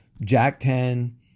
jack-ten